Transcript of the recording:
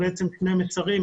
אלה שני מסרים,